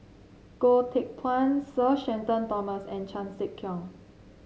Goh Teck Phuan Sir Shenton Thomas and Chan Sek Keong